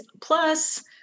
Plus